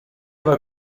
aveva